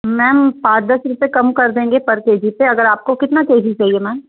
ma'am पाँच दस रुपये कम कर देंगे पर के जी पर अगर आप कितना के जी चाहिए मैम